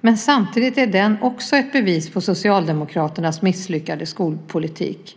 men samtidigt är den också ett bevis på Socialdemokraternas misslyckade skolpolitik.